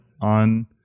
on